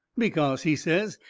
because, he says,